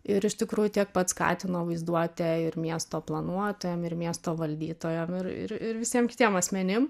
ir iš tikrųjų tiek pats skatino vaizduotę ir miesto planuotojam ir miesto valdytojam ir ir ir visiem kitiem asmenim